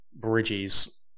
bridges